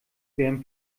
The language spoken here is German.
wären